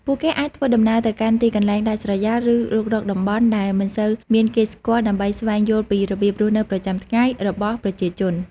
ពួកគេអាចធ្វើដំណើរទៅកាន់ទីកន្លែងដាច់ស្រយាលឬរុករកតំបន់ដែលមិនសូវមានគេស្គាល់ដើម្បីស្វែងយល់ពីរបៀបរស់នៅប្រចាំថ្ងៃរបស់ប្រជាជន។